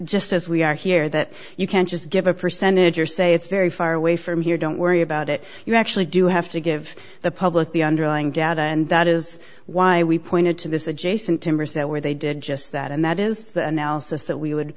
just as we are here that you can't just give a percentage or say it's very far away from here don't worry about it you actually do have to give the public the underlying data and that is why we pointed to this adjacent timber sale where they did just that and that is the analysis that we would